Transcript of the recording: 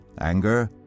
anger